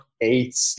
eight